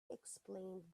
explained